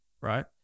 right